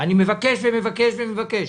אני מבקש, מבקש ומבקש.